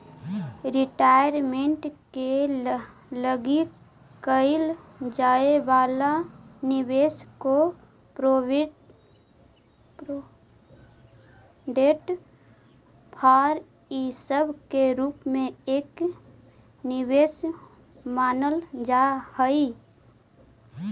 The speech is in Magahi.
रिटायरमेंट के लगी कईल जाए वाला निवेश के प्रोविडेंट फंड इ सब के रूप में एक निवेश मानल जा हई